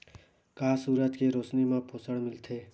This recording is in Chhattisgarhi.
का सूरज के रोशनी म पोषण मिलथे?